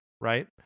right